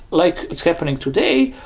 like it's happening today,